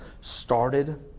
started